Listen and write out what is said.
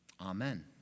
Amen